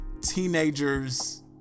teenagers